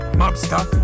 mobster